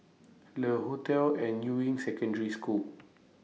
Le Hotel and Yuying Secondary School